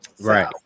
Right